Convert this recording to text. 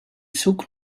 zug